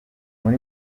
muri